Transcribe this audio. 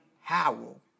Howell